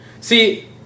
See